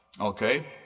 Okay